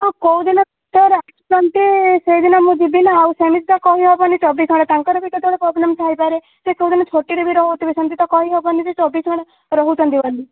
ହଁ କେଉଁଦିନ ସାର୍ ଆସନ୍ତି ସେଇଦିନ ମୁଁ ଯିବି ନା ଆଉ ସେମିତି ତ କହିହବନି ଚବିଶି ଘଣ୍ଟା ତାଙ୍କର ବି ତ ପ୍ରୋବ୍ଲେମ୍ ଥାଇପାରେ ସିଏ କେଉଁଦିନ ଛୁଟିରେ ବି ରହୁଥିବେ ସେମିତି ତ କହିହେବନି ଯେ ଚବିଶ ଘଣ୍ଟା ରହୁଛନ୍ତି ବୋଲି